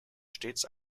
stets